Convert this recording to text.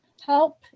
help